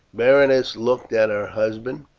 berenice looked at her husband,